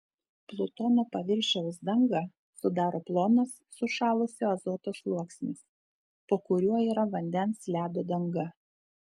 plutono paviršiaus dangą sudaro plonas sušalusio azoto sluoksnis po kuriuo yra vandens ledo danga